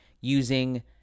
using